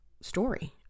story